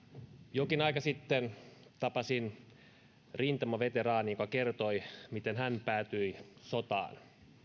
jokin aika sitten tapasin rintamaveteraanin joka kertoi miten hän päätyi sotaan